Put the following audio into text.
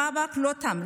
המאבק לא תם,